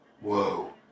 Whoa